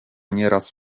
nieraz